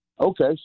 Okay